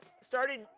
Started